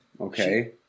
Okay